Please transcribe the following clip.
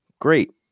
Great